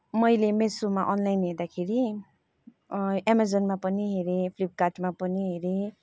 मैले मिसोमा अनलाइन हेर्दाखेरि एमाजोनमा पनि हेरेँ फ्लिपकार्टमा पनि हेरेँ